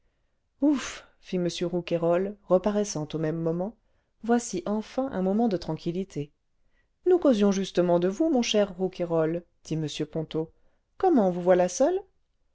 ouf fit m rouquayrol reparaissant au même moment voici enfin un moment de tranquillité istous causions justement de vousj mon cher rouquayrol dit m ponto comment vous voilà seul